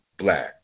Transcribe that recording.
Black